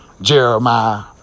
Jeremiah